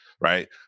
right